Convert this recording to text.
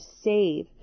save